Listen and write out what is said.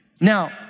Now